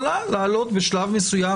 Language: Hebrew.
והיא יכולה להעלות בשלב מסוים,